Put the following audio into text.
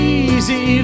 easy